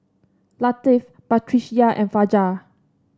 Latif Batrisya and Fajar